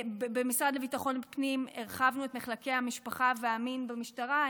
במשרד לביטחון פנים הרחבנו את מחלקות המשפחה והמין במשטרה,